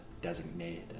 designated